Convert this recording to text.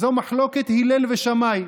זו מחלוקת הלל ושמאי.